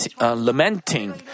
lamenting